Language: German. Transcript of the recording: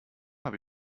habe